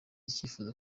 icyifuzo